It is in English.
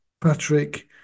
Patrick